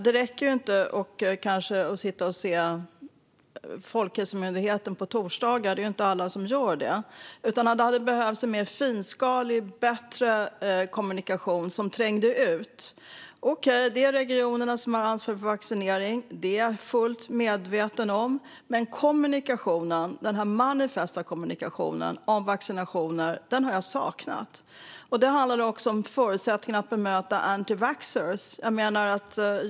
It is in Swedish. Det räcker kanske inte att Folkhälsomyndigheten informerar på torsdagar. Det är ju inte alla som tittar på det. Det hade behövts bättre, mer finmaskig kommunikation som trängde igenom. Okej, det är regionerna som har ansvar för vaccinering. Det är jag fullt medveten om. Men kommunikationen, den här manifesta kommunikationen om vaccinationer, har jag saknat. Det handlar också om förutsättningarna att bemöta antivaxxare.